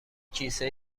کیسه